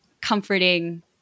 comforting